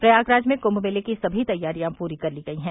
प्रयागराज में कुंम मेले की समी तैयारियां पूरी कर ली गई हैं